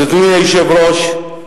אדוני היושב-ראש,